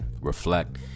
reflect